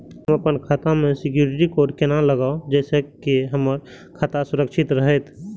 हम अपन खाता में सिक्युरिटी कोड केना लगाव जैसे के हमर खाता सुरक्षित रहैत?